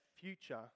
future